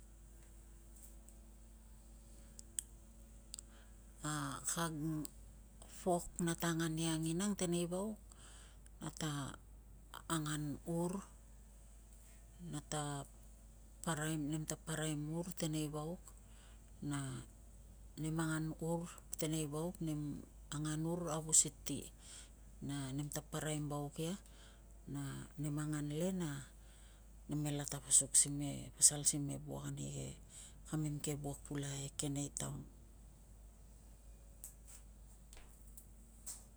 a kag pok nata angan ia anginang teneivauk, nata angan ur, nem ta paraem ur teneivauk na nem angan ur teneivauk, nem angan ur avus i ti, na nem ta paraem vauk ia na nem angan le nemela tapasuk sime pasal sime wuak ani kamem ke wuak pulakai eke nei taon.